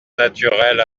naturelles